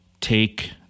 Take